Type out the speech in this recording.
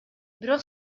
бирок